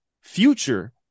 future